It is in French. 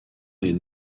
est